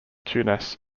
tunes